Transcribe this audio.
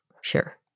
Sure